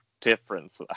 difference